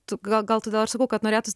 tu gal gal todėr ir sakau kad norėtųs